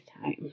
time